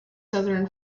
southern